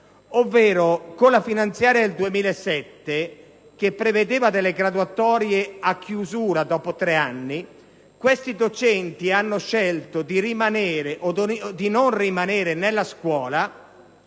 percorso. Con la finanziaria 2007, che prevedeva delle graduatorie a chiusura dopo tre anni, questi docenti hanno scelto di rimanere o di non rimanere nella scuola